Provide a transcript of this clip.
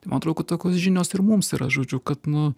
man atrodo kad tokios žinios ir mums yra žodžiu kad nu